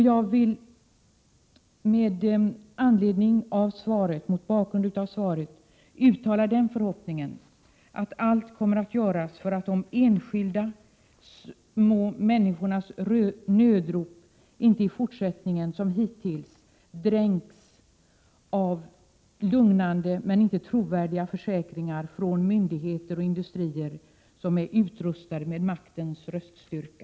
Mot bakgrund av svaret vill jag uttala den förhoppningen, att allt kommer att göras för att de enskilda, små människornas nödrop inte i fortsättningen som hittills dränks i lugnande men inte trovärdiga försäkringar från myndigheter och industrier, som är utrustade med maktens röststyrka.